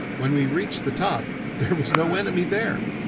when we reached the top there was no enemy there!